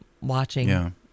watching